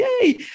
Yay